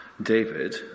David